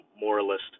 moralist